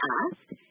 asked